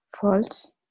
False